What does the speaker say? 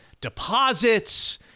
deposits